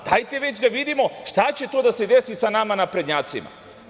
Dajte već da vidimo šta će to da se desi sa nama naprednjacima.